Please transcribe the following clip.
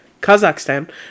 Kazakhstan